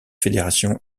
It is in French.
fédération